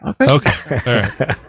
Okay